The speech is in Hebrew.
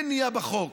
אין מניעה בחוק.